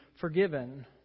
forgiven